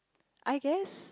I guess